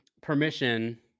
permission